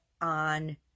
on